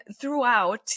throughout